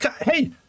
Hey